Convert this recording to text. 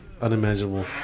unimaginable